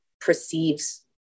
perceives